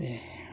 दे